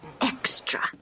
extra